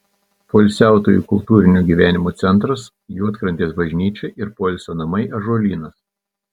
poilsiautojų kultūrinio gyvenimo centras juodkrantės bažnyčia ir poilsio namai ąžuolynas